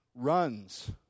runs